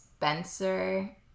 Spencer